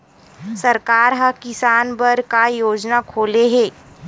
सरकार ह किसान बर का योजना खोले हे?